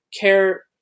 care